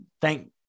thank